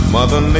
Mother